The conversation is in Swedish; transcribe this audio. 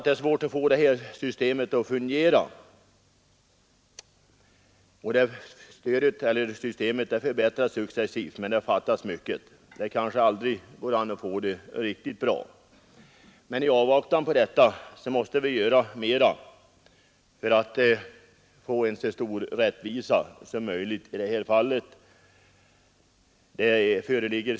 Det är svårt att få systemet att fungera även om man kan säga att det förbättras successivt, men det fattas mycket. Kanske det aldrig går att få det riktigt bra. Men i avvaktan på detta måste mera göras för att vi skall få så stor rättvisa som möjligt. Stora behov föreligger.